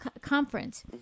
conference